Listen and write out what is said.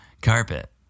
carpet